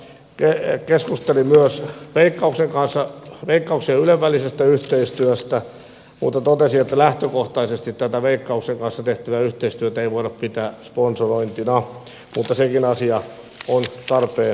tässä yhteydessä valiokunta keskusteli myös veikkauksen kanssa veikkauksen ja ylen välisestä yhteistyöstä mutta totesi että lähtökohtaisesti tätä veikkauksen kanssa tehtävää yhteistyötä ei voida pitää sponsorointina mutta sekin asia on tarpeen selvittää